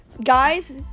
Guys